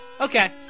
okay